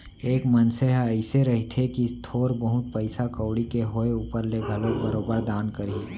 एक मनसे ह अइसे रहिथे कि थोर बहुत पइसा कउड़ी के होय ऊपर ले घलोक बरोबर दान करही